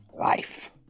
life